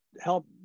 help